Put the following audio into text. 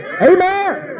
Amen